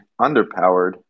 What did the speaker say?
underpowered